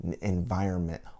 environment